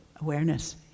awareness